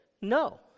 no